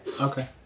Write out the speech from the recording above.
Okay